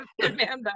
Amanda